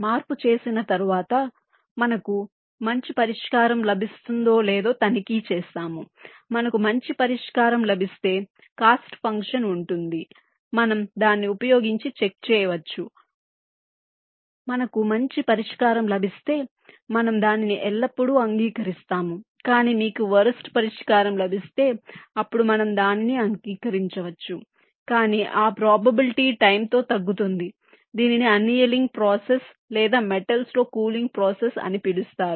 మార్పు చేసిన తరువాత మనకు మంచి పరిష్కారం లభిస్తుందో లేదో తనిఖీ చేస్తాము మనకు మంచి పరిష్కారం లభిస్తే కాస్ట్ ఫంక్షన్ ఉంటుంది మనం దాన్ని ఉపయోగించి చెక్ చేయవచ్చు మనకు మంచి పరిష్కారం లభిస్తే మనము దానిని ఎల్లప్పుడూ అంగీకరిస్తాము కానీ మీకు వరస్ట్ పరిష్కారం లభిస్తే అప్పుడు మనము దానిని అంగీకరించవచ్చు కాని ఆ ప్రాబబిలిటీ టైం తో తగ్గుతుంది దీనిని ఎనియలింగ్ ప్రాసెస్ లేదా మెటల్స్ లో కూలింగ్ ప్రాసెస్ అని పిలుస్తారు